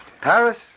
Paris